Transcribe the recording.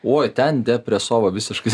oj ten depresova visiškai